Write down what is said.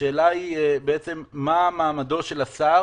השאלה היא מה מעמדו של השר